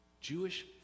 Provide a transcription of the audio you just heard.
Jewish